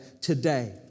today